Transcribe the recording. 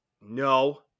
no